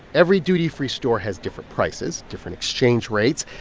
every duty-free store has different prices, different exchange rates,